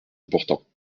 important